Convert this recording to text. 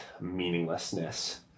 meaninglessness